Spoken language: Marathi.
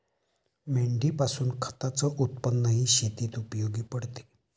मेंढीपासून खताच उत्पन्नही शेतीत उपयोगी पडते